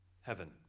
heaven